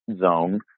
zone